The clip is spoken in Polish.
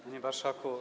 Panie Marszałku!